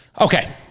Okay